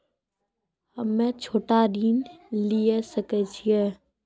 हम्मे छोटा ऋण लिये सकय छियै?